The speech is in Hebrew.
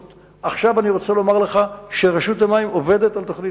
עכשיו אני רוצה לומר לך שרשות המים עובדת על תוכנית-אב.